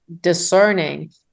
discerning